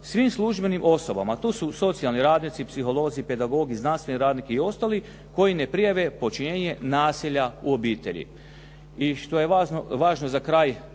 svim službenim osobama. To su socijalni radnici, pedagozi, psiholozi, znanstveni radnici i ostali koji ne prijave počinjenje nasilja u obitelji.